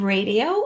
Radio